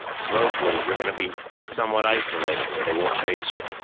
but mostly, you're going to be somewhat isolated so they won't trace you.